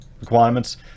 requirements